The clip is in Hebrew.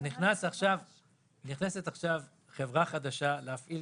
נכנסת עכשיו חברה חדשה להפעיל